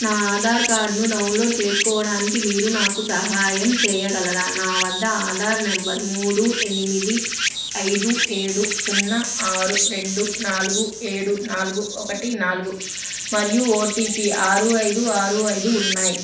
నా ఆధార్ కార్డ్ను డౌన్లోడ్ చేసుకోవడానికి మీరు నాకు సహాయం చేయగలరా నా వద్ద ఆధార్ నంబర్ మూడు ఎనిమిది ఐదు ఏడు సున్నా ఆరు రెండు నాలుగు ఏడు నాలుగు ఒకటి నాలుగు మరియు ఓటిపి ఆరు ఐదు ఆరు ఐదు ఉన్నాయి